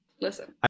listen